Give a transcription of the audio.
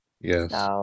Yes